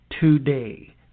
today